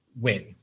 win